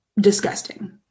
disgusting